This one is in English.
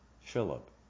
Philip